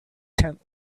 tent